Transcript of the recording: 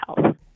health